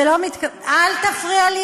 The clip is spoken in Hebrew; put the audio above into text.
אל תפריע לי.